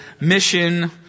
Mission